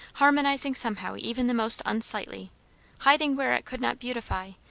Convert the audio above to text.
harmonizing somehow even the most unsightly hiding where it could not beautify,